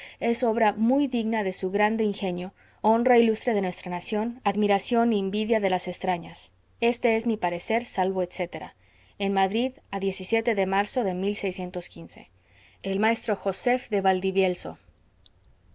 es obra muy digna de su grande ingenio honra y lustre de nuestra nación admiración y invidia de las estrañas éste es mi parecer salvo etc en madrid a de marzo de el maestro josef de valdivielso